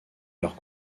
leur